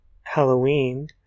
Halloween